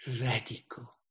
radical